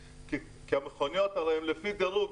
כי המכוניות הרי הן לפי דירוג,